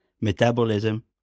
metabolism